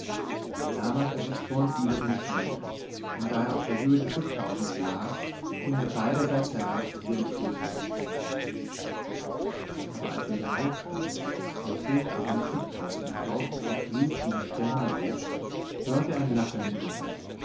da warf er sich vornüber in den schnee und da er auf der höhe des schutthaufens lag hing er beiderseits herab wie ein toter aber als er wieder aufstand und hoch auf seinem schutthaufen die faust zum fluch gegen die sterne hob hörte er ein lachen hinter sich